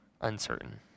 uncertain